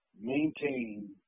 maintain